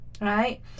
right